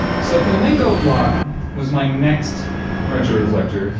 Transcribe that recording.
so flamencoflock was my next retroreflector.